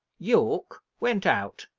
yorke went out,